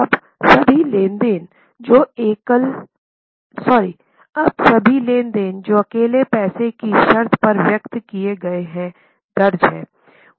अब सभी लेनदेन जो अकेले पैसे की शर्तें पर व्यक्त किए गए हैं दर्ज हैं